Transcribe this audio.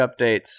updates